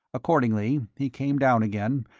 accordingly, he came down again,